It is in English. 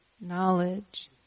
knowledge